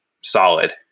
solid